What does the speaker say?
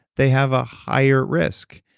they have a higher risk.